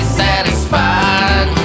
satisfied